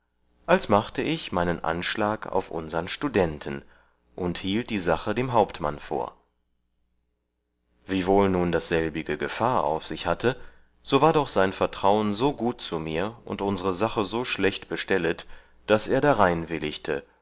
als machte ich meinen anschlag auf unsern studenten und hielt die sache dem hauptmann vor wiewohl nun dasselbige gefahr auf sich hatte so war doch sein vertrauen so gut zu mir und unsere sache so schlecht bestellet daß er